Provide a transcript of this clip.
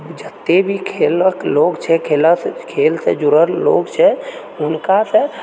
जतेक भी खेलक लोक छै खेलसँ जुड़ल लोक छै हुनकासँ